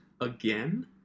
again